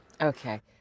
Okay